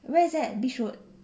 where's that beach road